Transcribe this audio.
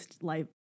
life